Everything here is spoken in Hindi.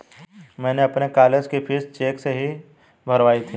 मैंने अपनी कॉलेज की फीस चेक से ही भरवाई थी